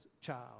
child